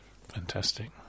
Fantastic